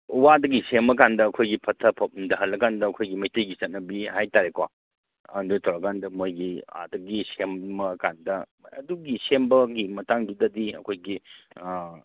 ꯋꯥꯗꯒꯤ ꯁꯦꯝꯃ ꯀꯥꯟꯗ ꯑꯩꯈꯣꯏꯒꯤ ꯞꯠꯊ ꯄꯨꯝꯗꯍꯜꯂꯀꯥꯟꯗ ꯑꯩꯈꯣꯏꯒꯤ ꯃꯩꯇꯩꯒꯤ ꯆꯠꯅꯕꯤ ꯍꯥꯏ ꯇꯥꯔꯦꯀꯣ ꯑꯗꯨ ꯇꯧꯔ ꯀꯥꯟꯗ ꯃꯣꯏꯒꯤ ꯑꯥꯗꯒꯤ ꯁꯦꯝꯃ ꯀꯥꯟꯗ ꯑꯗꯨꯒꯤ ꯁꯦꯝꯕꯒꯤ ꯃꯇꯥꯡꯗꯨꯗꯗꯤ ꯑꯩꯈꯣꯏꯒꯤ